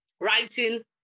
writing